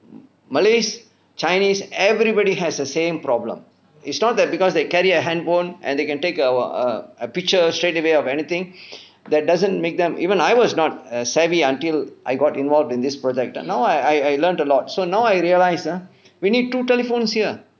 malays chinese everybody has the same problem is not that because they carry a handphone and they can take a picture straightaway of anything that doesn't make them even I was not err savvy until I got involved in this project now I I I learnt a lot so now I realise ah we need two telephones here